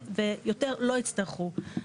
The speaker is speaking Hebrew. ויותר לא יצטרכו.